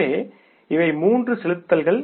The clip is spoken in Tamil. எனவே இவை மூன்று செலுத்தல்கள்